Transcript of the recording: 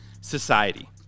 society